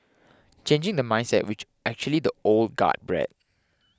changing the mindset which actually the old guard bred